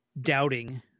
doubting